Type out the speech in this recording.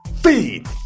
Feed